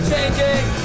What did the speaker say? Changing